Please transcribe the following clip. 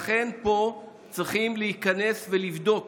לכן פה צריכים להיכנס ולבדוק